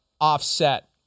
offset